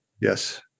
Yes